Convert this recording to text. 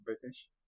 British